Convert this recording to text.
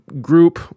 group